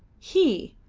he!